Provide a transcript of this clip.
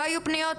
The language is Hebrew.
לא היו פניות??